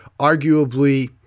arguably